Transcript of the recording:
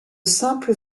simple